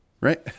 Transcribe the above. right